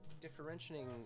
differentiating